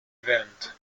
event